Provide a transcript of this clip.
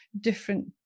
different